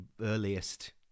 earliest